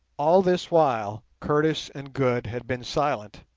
all this while curtis and good had been silent,